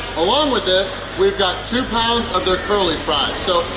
along with this, we've got two pounds of their curly fries. so,